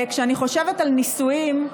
כשאני חושבת על ניסויים,